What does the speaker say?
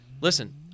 listen